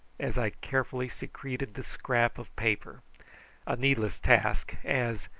as i carefully secreted the scrap of paper a needless task, as,